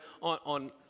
on